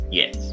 yes